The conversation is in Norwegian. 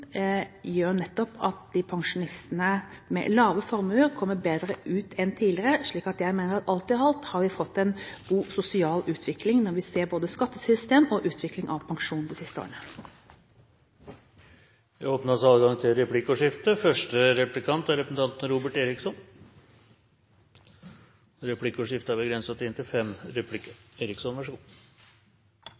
gjør nettopp at de pensjonistene med lave formuer kommer bedre ut enn tidligere. Jeg mener at alt i alt har vi fått en god sosial utvikling når vi ser på både skattesystemet og utviklingen av pensjonen de siste årene. Det